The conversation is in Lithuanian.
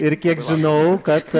ir kiek žinau kad